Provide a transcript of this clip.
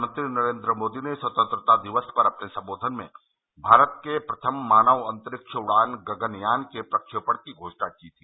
प्रधानमंत्री नरेन्द्र मोदी ने स्वतंत्रता दिवस पर अपने संबोधन में भारत के प्रथम मानव अंतरिक्ष उड़ान गगनयान के प्रक्षेपण की घोषणा की थी